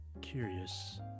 curious